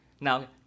Now